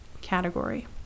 category